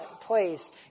place